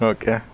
Okay